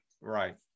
Right